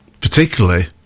particularly